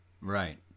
right